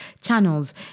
channels